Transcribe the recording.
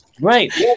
right